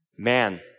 Man